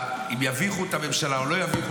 אם יביכו את הממשלה אם לא יביכו,